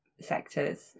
sectors